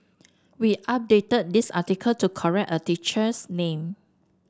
we updated this article to correct a teacher's name